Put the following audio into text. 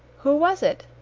who was it?